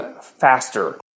faster